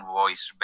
voice